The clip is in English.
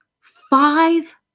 five